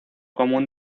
común